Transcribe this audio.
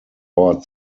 ort